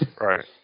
Right